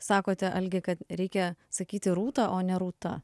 sakote algi kad reikia sakyti rūta o ne rūta